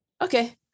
Okay